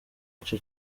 ico